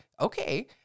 okay